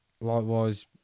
Likewise